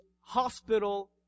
hospital